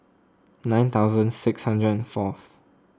nine thousand six hundred and fourth